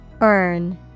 Earn